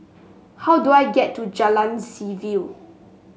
how do I get to Jalan Seaview